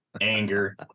anger